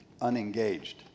unengaged